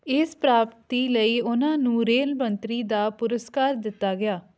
ਇਸ ਪ੍ਰਾਪਤੀ ਲਈ ਉਨ੍ਹਾਂ ਨੂੰ ਰੇਲ ਮੰਤਰੀ ਦਾ ਪੁਰਸਕਾਰ ਦਿੱਤਾ ਗਿਆ